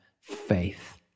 faith